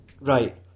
Right